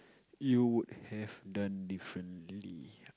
you would have done differently